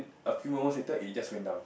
a few moments later it just went down